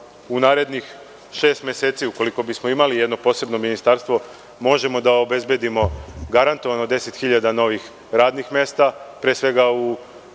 u narednih šest meseci, ukoliko bismo imali jedno posebno Ministarstvo, možemo da obezbedimo garantovano 10.000 novih radnih mesta, pre svega, u